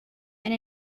and